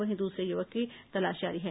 वहीं दूसरे युवक की तलाश जारी है